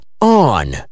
On